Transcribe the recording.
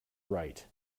right